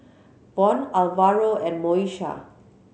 Von Alvaro and Moesha